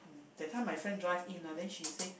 that time my friend drive in ah then she say